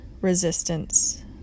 resistance